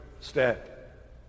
step